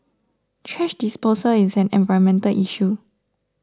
thrash disposal is an environmental issue